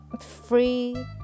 free